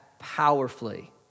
Powerfully